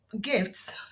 gifts